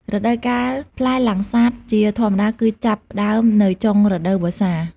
រដូវកាលផ្លែលាំងសាតជាធម្មតាគឺចាប់ផ្ដើមនៅចុងរដូវវស្សា។